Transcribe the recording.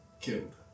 killed